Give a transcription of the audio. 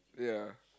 yeah